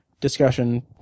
discussion